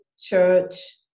church